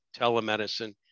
telemedicine